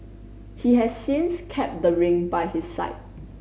he has since kept the ring by his side